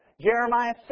Jeremiah